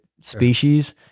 species